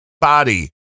body